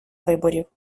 виборів